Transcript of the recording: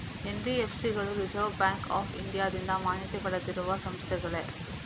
NBFC ಗಳು reserve bank of ಇಂಡಿಯಾದಿಂದ ಮಾನ್ಯತೆ ಪಡೆದಿರುವ ಸಂಸ್ಥೆಗಳೇ?